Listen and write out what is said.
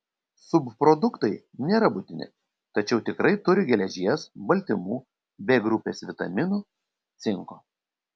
subproduktai nėra būtini tačiau tikrai turi geležies baltymų b grupės vitaminų cinko